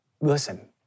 listen